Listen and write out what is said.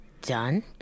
done